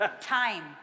Time